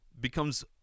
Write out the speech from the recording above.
becomes